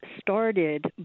started